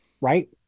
right